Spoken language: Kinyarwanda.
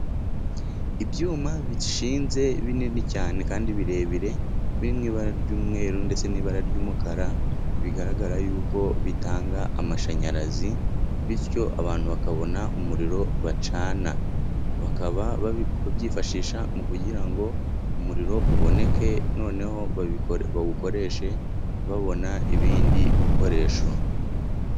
Ibyuma bishinze binini cyane, kandi birebire, biri mu ibara ry'umweru ndetse n'ibara ry'umukara, bigaragara y'uko bitanga amashanyarazi, bityo abantu bakabona umuriro bacana. Bakaba babyifashisha kugira ngo umuriro uboneke, noneho bawukoreshe babona ibindi bikoresho.